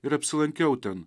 ir apsilankiau ten